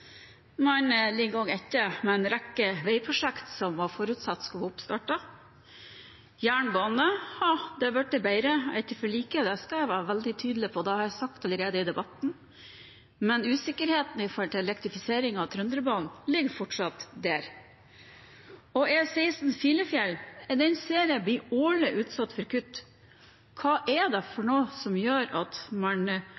man ligger også etter med en rekke veiprosjekt som var forutsatt skulle være startet opp. Når det gjelder jernbane, har det blitt bedre etter forliket – det skal jeg være veldig tydelig på, og det har jeg allerede sagt i debatten – men usikkerheten om elektrifiseringen av Trønderbanen ligger fortsatt der. E16 Filefjell blir årlig utsatt for kutt. Hva er det